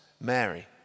Mary